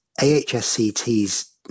AHSCT's